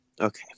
Okay